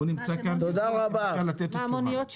תודה רבה.